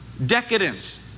decadence